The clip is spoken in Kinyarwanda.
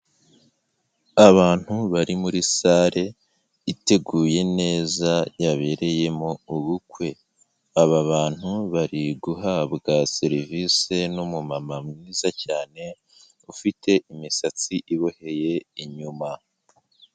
Abantu bari muri salle; iteguye neza yabereyemo ubukwe, aba bantu bari guhabwa serivisi n'umu mama mwiza cyane ufite imisatsi iboheye inyuma.